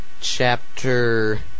chapter